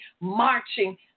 marching